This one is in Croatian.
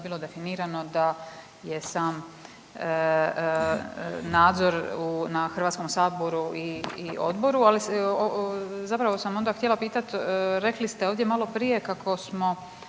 bilo definirano da je sam nadzor na Hrvatskom saboru i odboru, ali zapravo sam htjela onda pitati rekli ste ovdje malo prije kako smo